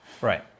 right